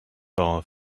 all